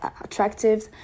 attractive